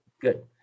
good